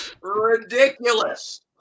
ridiculous